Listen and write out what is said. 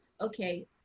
Okay